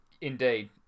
Indeed